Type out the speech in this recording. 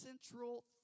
central